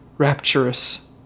rapturous